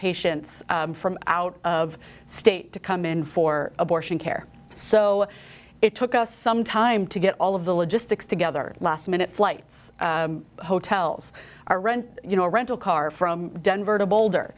patients from out of state to come in for abortion care so it took us some time to get all of the logistics together last minute flights hotels or rent you know rental car from denver to